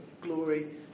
glory